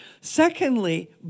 Secondly